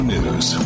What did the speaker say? News